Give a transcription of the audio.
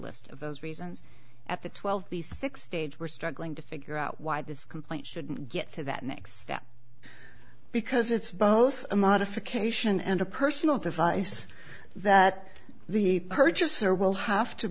list of those reasons at the twelve b six stage we're struggling to figure out why this complaint shouldn't get to that next step because it's both a modification and a personal device that the purchaser will have to